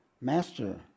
master